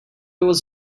was